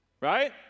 right